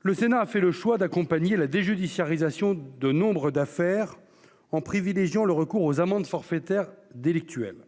Le Sénat a fait le choix d'accompagner la déjudiciarisation de nombre d'affaires en privilégiant le recours aux amendes forfaitaires délictuelles,